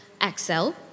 Excel